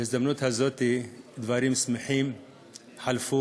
בהזדמנות הזאת דברים שמחים חלפו,